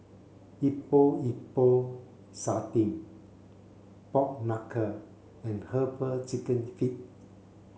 Epok Epok Sardin pork knuckle and herbal chicken feet